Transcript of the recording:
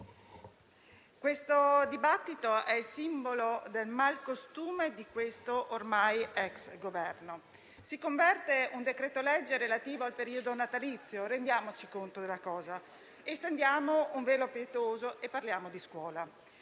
questo dibattito è il simbolo del malcostume di questo ormai ex Governo: si converte un decreto-legge relativo al periodo natalizio, rendiamoci conto della cosa. Stendiamo un velo pietoso e parliamo di scuola: